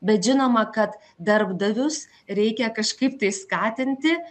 bet žinoma kad darbdavius reikia kažkaip tai skatinti